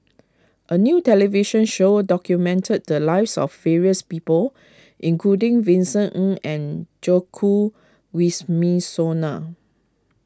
a new television show documented the lives of various people including Vincent N N Joko Wisminsono